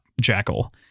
jackal